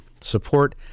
support